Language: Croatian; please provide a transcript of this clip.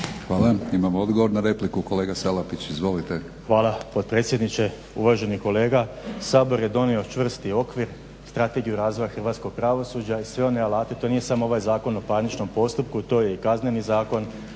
Hvala. Imamo odgovor na repliku, kolega Salapić izvolite. **Salapić, Josip (HDSSB)** Hvala potpredsjedniče. Uvaženi kolega, Sabor je donio čvrsti okvir, Strategiju razvoja hrvatskog pravosuđa i sve one alate. To nije samo ovaj Zakon o parničnom postupku, to je i Kazneni zakon